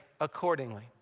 accordingly